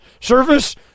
Service